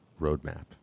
roadmap